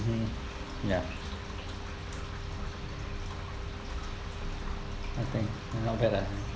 ya I think not bad lah